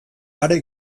are